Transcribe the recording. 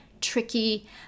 tricky